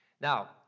Now